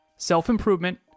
Self-improvement